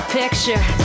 picture